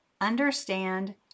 Understand